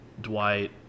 Dwight